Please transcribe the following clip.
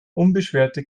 unbeschwerte